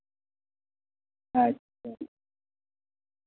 ᱟᱪᱪᱷᱟ